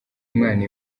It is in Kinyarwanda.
umwana